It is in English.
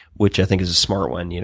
which i think is a smart one,